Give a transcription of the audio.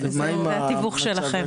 זה התיווך שלכם.